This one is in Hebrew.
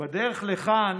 בדרך לכאן